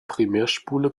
primärspule